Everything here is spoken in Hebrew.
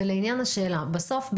ולעניין השאלה: בסוף,